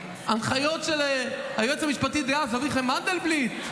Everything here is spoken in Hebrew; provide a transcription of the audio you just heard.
הנחיות של היועץ המשפטי דאז אביחי מנדלבליט.